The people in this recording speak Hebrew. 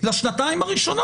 אדוני היושב-ראש,